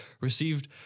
received